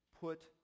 put